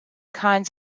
kinds